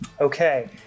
Okay